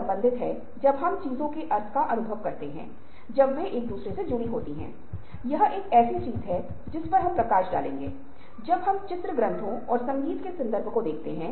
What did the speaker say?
समालोचनात्मक सोच का अर्थ उचित निर्णय या तर्कयुक्त निर्णय लेना है